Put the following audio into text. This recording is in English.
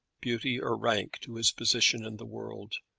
beauty, or rank to his position in the world.